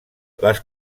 les